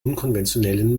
unkonventionellen